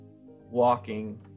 walking